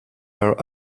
are